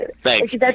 Thanks